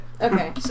Okay